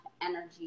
energy